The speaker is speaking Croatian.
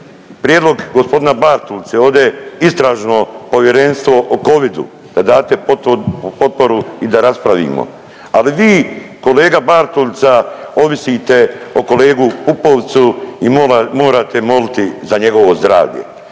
prijedlog g. Bartulice ovdje Istražno povjerenstvo o covidu da date potporu i da raspravimo, ali vi kolega Bartulica ovisite o kolegi Pupovcu i morate moliti za njegovo zdravlje.